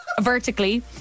vertically